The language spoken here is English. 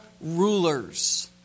rulers